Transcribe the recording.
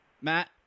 Matt